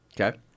Okay